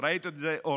ראית את זה, אורנה.